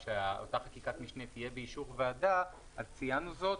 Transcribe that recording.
שחקיקת המשנה תהיה באישור ועדה ציינו זאת,